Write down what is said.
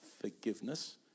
Forgiveness